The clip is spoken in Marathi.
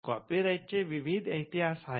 कॉपीराइट चे विविध इतिहास आहेत